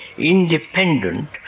independent